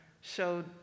showed